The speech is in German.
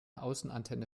außenantenne